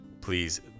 Please